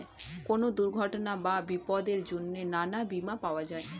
কোন দুর্ঘটনা বা বিপদের জন্যে নানা বীমা পাওয়া যায়